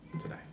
today